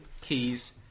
keys